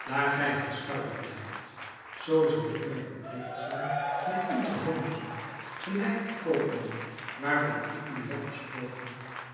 daar gij halstarrig blijft zoo zal ik mij verpligt zien met u te handelen gelijk de koopman waarvan ik u heb gesproken